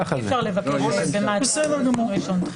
אי אפשר לבקש דחייה לדיון ראשון.